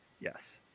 Yes